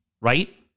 right